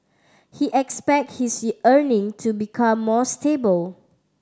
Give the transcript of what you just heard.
he expect his earning to become more stable